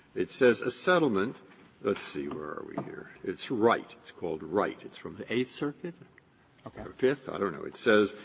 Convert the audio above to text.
it says, a settlement let's see. where are we here? it's wright. it's called wright. it's from the eight circuit, or fifth, i don't know. it says,